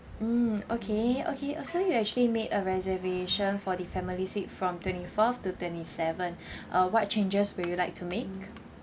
mm okay okay so you actually made a reservation for the family suite from twenty fourth to twenty seven uh what changes would you like to make